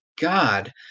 God